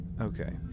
Okay